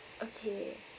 okay